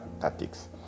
tactics